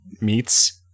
meats –